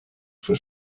for